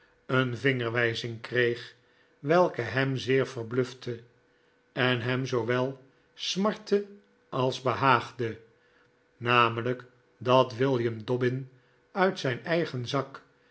een vingerwijzing kreeg welke hem zeer verblufte en hem zoowel smartte als behaagde namelijk dat william dobbin uit zijn eigen zak